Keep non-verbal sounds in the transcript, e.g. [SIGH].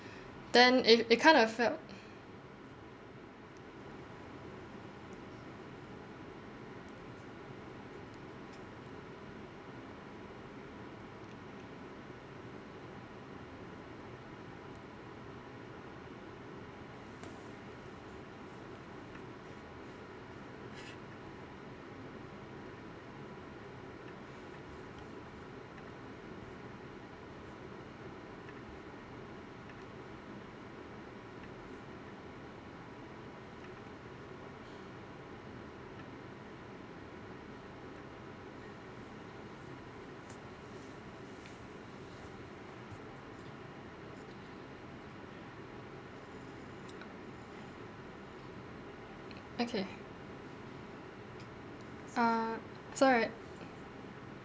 then it it kind of felt [BREATH] okay err it's alright